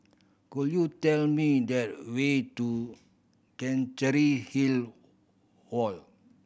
could you tell me the way to Chancery Hill Walk